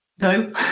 no